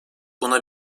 buna